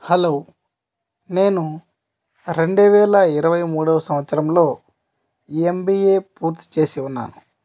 hello నేను రెండువేల ఇరవై మూడో సంవత్సరంలో ఎంబిఏ పూర్తి చేసి ఉన్నాను